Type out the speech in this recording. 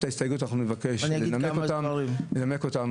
אנחנו נבקש לנמק את ההסתייגויות.